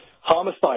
homicide